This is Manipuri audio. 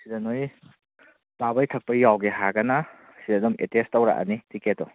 ꯁꯤꯗ ꯅꯣꯏ ꯆꯥꯕꯒꯤ ꯊꯛꯄꯒꯤ ꯌꯥꯎꯒꯦ ꯍꯥꯏꯔꯒꯅ ꯁꯤꯗ ꯑꯗꯨꯝ ꯑꯦꯇꯦꯁ ꯇꯧꯔꯛꯑꯅꯤ ꯇꯤꯛꯀꯦꯠꯇꯣ